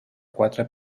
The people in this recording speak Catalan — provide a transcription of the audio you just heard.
quatre